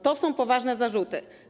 To są poważne zarzuty.